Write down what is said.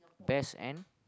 best end